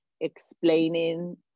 explaining